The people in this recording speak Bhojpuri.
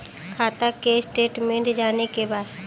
खाता के स्टेटमेंट जाने के बा?